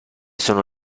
sono